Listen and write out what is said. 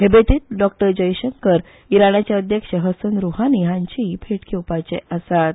हे भेटेत डॉ जयशंकर इराणाचे अध्यक्ष हस्रन रूहानी हांचीय भेट घेवपाचे आसात